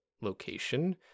location